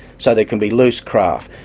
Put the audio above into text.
so there can be loose craft.